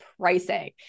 pricing